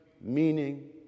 meaning